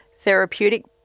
therapeutic